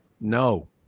No